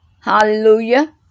Hallelujah